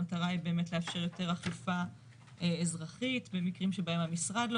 המטרה היא בעצם לאשר יותר אכיפה אזרחית במקרים שבהם המשרד לא